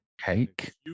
cake